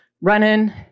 running